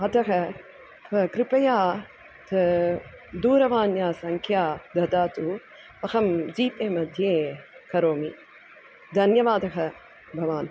अतः कृपया दूरवाण्याः सङ्ख्यां ददातु अहं जीपे मध्ये करोमि धन्यवादः भवान्